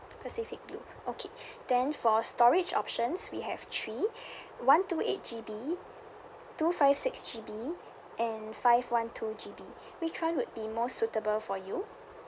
pacific blue okay then for storage options we have three one two eight G_B two five six G_B and five one two G_B which one would be more suitable for you